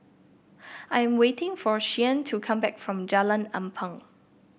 I am waiting for Shianne to come back from Jalan Ampang